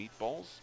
meatballs